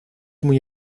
muy